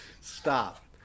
stop